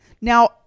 now